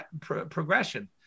progression